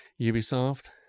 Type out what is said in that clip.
Ubisoft